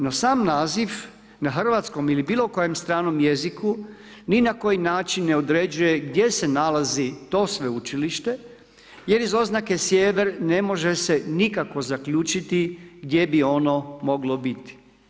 No sam naziv na hrvatskom ili bilo kojem stranom jeziku, ni na koji način ne određuje gdje se nalazi to sveučilište, jer iz oznake sjever, ne može se nikako zaključiti gdje bi ono moglo biti.